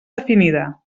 definida